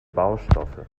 baustoffe